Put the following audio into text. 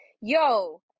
Yo